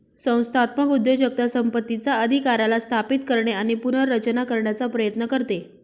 संस्थात्मक उद्योजकता संपत्तीचा अधिकाराला स्थापित करणे आणि पुनर्रचना करण्याचा प्रयत्न करते